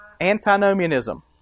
Antinomianism